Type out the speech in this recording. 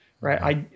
right